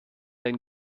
ein